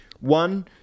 one